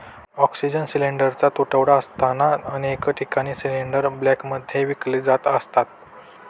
oxygen सिलिंडरचा तुटवडा असताना अनेक ठिकाणी सिलिंडर ब्लॅकमध्ये विकले जात असत